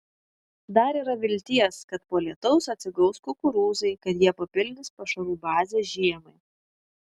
dar yra vilties kad po lietaus atsigaus kukurūzai kad jie papildys pašarų bazę žiemai